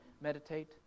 meditate